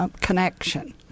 Connection